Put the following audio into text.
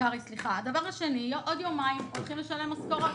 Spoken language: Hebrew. הדבר השני, בעוד יומיים צריך לשלם משכורות